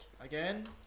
Again